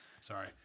Sorry